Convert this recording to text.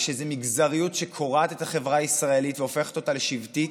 וכשזאת מגזריות שקורעת את החברה הישראלית והופכת אותה לשבטית,